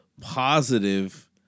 positive